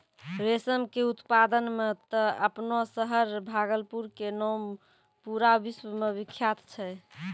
रेशम के उत्पादन मॅ त आपनो शहर भागलपुर के नाम पूरा विश्व मॅ विख्यात छै